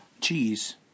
cheese